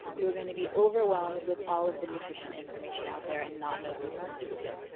you're gonna be overwhelmed with all of the nutrition information out there and not know who to listen to.